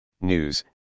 news